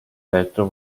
letto